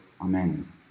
Amen